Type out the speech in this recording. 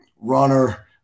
runner